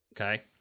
okay